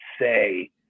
say